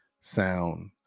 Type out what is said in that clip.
sound